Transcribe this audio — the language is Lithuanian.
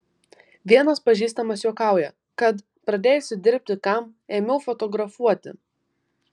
vienas pažįstamas juokauja kad pradėjusi dirbti kam ėmiau fotografuoti